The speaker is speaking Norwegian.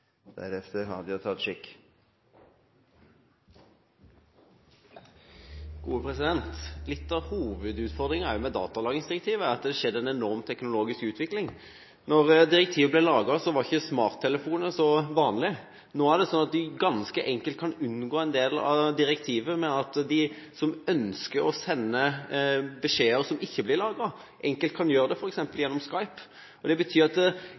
at det har skjedd en enorm teknologisk utvikling. Da direktivet ble laget, var ikke smarttelefoner så vanlig. Nå er det sånn at man ganske enkelt kan omgå en del av direktivet. De som ønsker å sende beskjeder som ikke blir lagret, kan enkelt gjøre det gjennom f.eks. Skype. Det betyr at